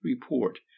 report